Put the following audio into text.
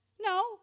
No